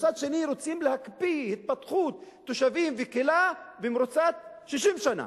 ומצד שני רוצים להקפיא התפתחות תושבים וקהילה שקיימת 60 שנה.